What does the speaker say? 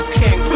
king